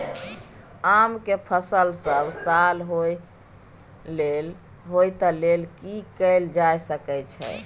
आम के फसल सब साल होय तै लेल की कैल जा सकै छै?